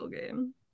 game